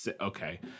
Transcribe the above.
okay